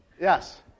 yes